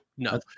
No